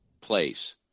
place